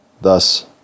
thus